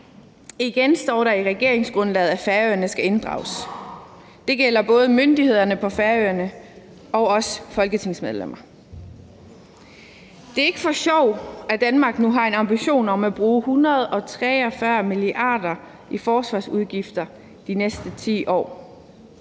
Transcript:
Igen står der i regeringsgrundlaget, at Færøerne skal inddrages. Det gælder både myndighederne på Færøerne og os folketingsmedlemmer. Det er ikke for sjov, at Danmark nu har en ambition om at bruge 143 mia. kr. i forsvarsudgifter de næste 10 år.